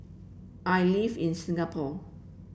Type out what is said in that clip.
I live in Singapore